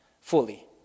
fully